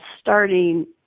starting